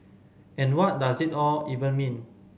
and what does it all even mean